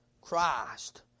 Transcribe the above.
Christ